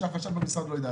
שהחשב במשרד לא יודע לעשות.